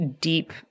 deep